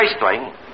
Firstly